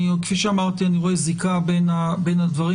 כפי שאמרתי, אני רואה זיקה בין הדברים.